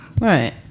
Right